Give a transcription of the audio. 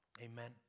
Amen